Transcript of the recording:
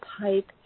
pipe